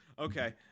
Okay